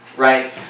Right